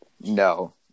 No